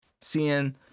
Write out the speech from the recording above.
seeing